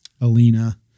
Alina